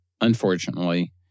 Unfortunately